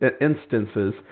instances